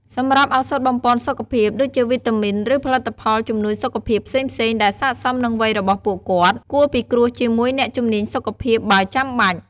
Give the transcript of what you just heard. សម្រាប់ឱសថបំប៉នសុខភាព ដូចជាវីតាមីន ឬផលិតផលជំនួយសុខភាពផ្សេងៗដែលស័ក្តិសមនឹងវ័យរបស់ពួកគាត់ (គួរពិគ្រោះជាមួយអ្នកជំនាញសុខភាពបើចាំបាច់)។